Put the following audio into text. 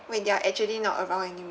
when they're actually not around anymore